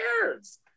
cares